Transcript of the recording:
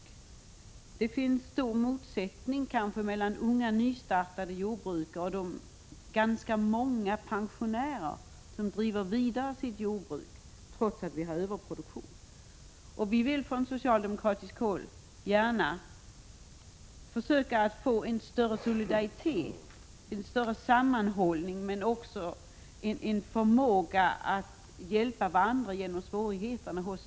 Vidare finns det kanske stor motsättning mellan unga innehavare av nystartade jordbruk och de ganska många pensionärer som driver sitt jordbruk vidare trots att vi har överproduktion. Vi vill från socialdemokratiskt håll gärna försöka få en större solidaritet, en större sammanhållning men också en förmåga hos dessa jordbrukargrupper att hjälpa varandra genom svårigheterna.